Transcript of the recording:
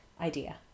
idea